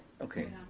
okay.